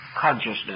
consciousness